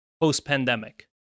post-pandemic